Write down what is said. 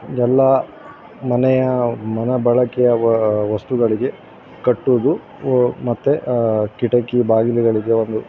ಎಲ್ಲಾ ಮನೆಯ ಮನೆಬಳಕೆಯ ವಸ್ತುಗಳಿಗೆ ಕಟ್ಟೋದು ಮತ್ತೆ ಕಿಟಕಿ ಬಾಗಿಲುಗಳಿಗೆ ಒಂದು